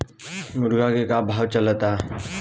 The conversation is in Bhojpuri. मुर्गा के का भाव चलता?